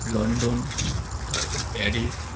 London তারপর Paris